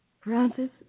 Francis